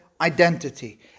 identity